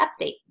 update